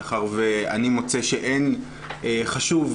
מאחר ואני מוצא שאין חשוב,